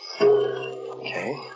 Okay